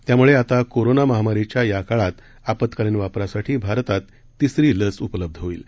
त्यामुळे आता कोरोना महामारीच्या या काळात आपात्कालीन वापरासाठी भारतात तिसरी लस उपलब्ध होईल